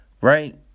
right